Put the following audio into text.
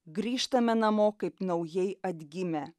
grįžtame namo kaip naujai atgimę